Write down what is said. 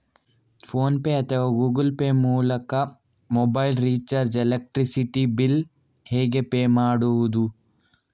Phone pay ಅಥವಾ Google pay ಮೂಲಕ mobile recharge, electricity bill ಹೇಗೆ ಪೇ ಮಾಡುವುದು?